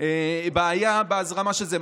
בעיה בהזרמה של זה,